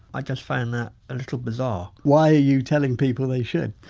i just found that a little bizarre why are you telling people they should?